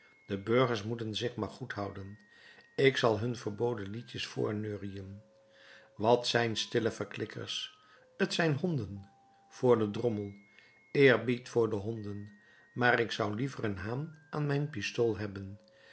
de burgers moeten zich maar goed houden ik zal hun verboden liedjes voorneuriën wat zijn stille verklikkers t zijn honden voor den drommel eerbied voor de honden maar ik zou liever een haan aan mijn pistool hebben